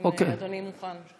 אם אדוני מוכן.